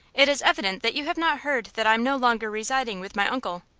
it is evident that you have not heard that i am no longer residing with my uncle.